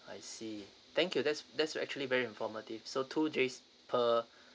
I see thank you that's that's actually very informative so two three per